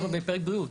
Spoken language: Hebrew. אנחנו בפרק בריאות.